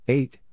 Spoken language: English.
Eight